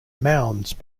mounds